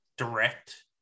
direct